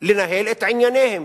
לנהל את ענייניהם,